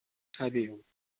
ꯍꯥꯏꯕꯤꯌꯨ